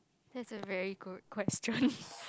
that's a very good question